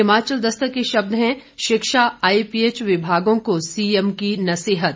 हिमाचल दस्तक के शब्द हैं शिक्षा आईपीएच विभागों को सीएम की नसीहत